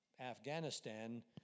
Afghanistan